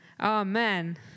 Amen